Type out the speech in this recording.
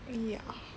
ya